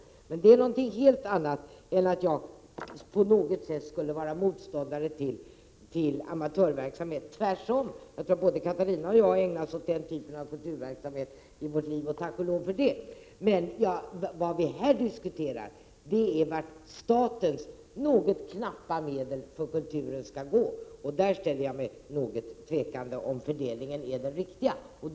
Det är någonting helt annat än att jag på något sätt skulle vara motståndare till amatörverksamhet. Tvärtom — jag tror att både Catarina Rönnung och jag i våra liv har ägnat oss åt den typen av kulturverksamhet, och tack och lov för det. Men vad vi här diskuterar är vart statens något knappa resurser för kultur skall gå. Jag ställer mig något tveksam till att fördelningen på den punkten är den riktiga.